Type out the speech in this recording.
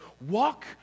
walk